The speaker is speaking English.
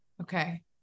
Okay